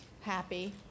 happy